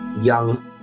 Young